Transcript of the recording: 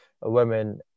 women